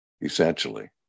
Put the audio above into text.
Essentially